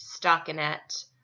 stockinette